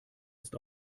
ist